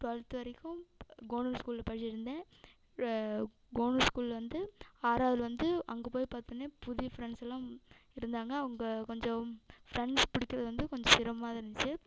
twelfth வரைக்கும் government ஸ்கூலில் படிச்சிட்டுருந்தேன் கவர்மெண்ட் ஸ்கூலில் வந்து ஆறாவதுல வந்து அங்கே போய் பார்த்தோன்னே புதிய ஃப்ரெண்ட்ஸ் எல்லாம் இருந்தாங்க அவங்க கொஞ்சம் ஃப்ரெண்ட்ஸ் பிடிக்கிறது வந்து கொஞ்சம் சிரமமாக தான் இருந்துச்சு